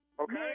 okay